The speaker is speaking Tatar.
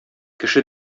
кеше